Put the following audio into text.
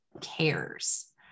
cares